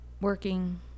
working